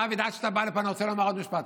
דוד, עד שאתה בא לפה אני רוצה לומר עוד משפט.